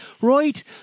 right